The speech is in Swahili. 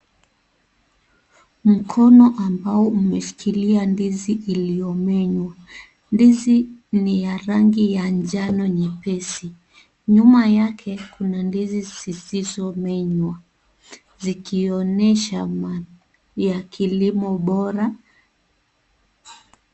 Mkono ambao umeshikilia ndizi iliyomenywa. Ndizi ni ya rangi ya njano nyepesi. Nyuma yake, kuna ndizi zisizomenywa zikionyesha maandhari ya kilimo bora.